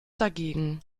dagegen